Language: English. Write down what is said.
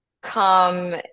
come